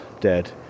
dead